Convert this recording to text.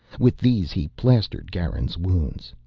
with these he plastered garin's wounds.